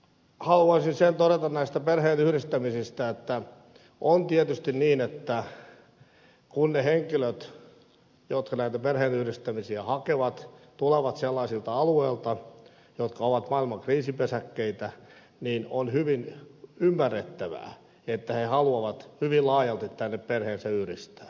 haluaisin sen todeta näistä perheenyhdistämisistä että on tietysti niin että kun ne henkilöt jotka näitä perheenyhdistämisiä hakevat tulevat sellaisilta alueilta jotka ovat maailman kriisipesäkkeitä niin on hyvin ymmärrettävää että he haluavat hyvin laajalti tänne perheensä yhdistää